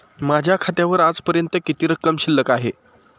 माझ्या खात्यावर आजपर्यंत किती रक्कम शिल्लक आहे?